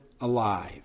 alive